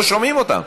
לא שומעים אותם,